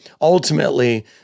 Ultimately